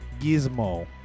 gizmo